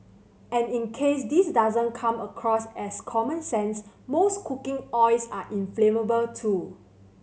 and in case this doesn't come across as common sense most cooking oils are inflammable too